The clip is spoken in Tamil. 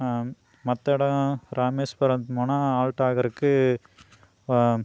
ஆ மற்ற இடோம் ராமேஸ்வரம் போனால் ஆல்ட்டாகிறக்கு